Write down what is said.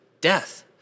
death